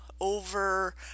over